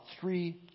three